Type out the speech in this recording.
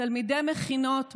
תלמידי מכינות,